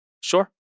sure